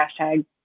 hashtag